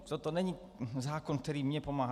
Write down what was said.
Toto není zákon, který mi pomáhá.